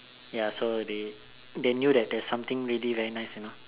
ya so they they knew that there's something really very nice you know